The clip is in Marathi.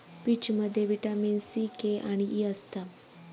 पीचमध्ये विटामीन सी, के आणि ई असता